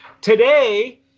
Today